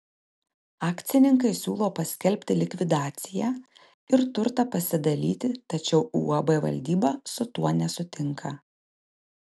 akcininkai siūlo paskelbti likvidaciją ir turtą pasidalyti tačiau uab valdyba su tuo nesutinka